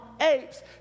apes